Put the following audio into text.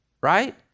Right